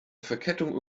verkettung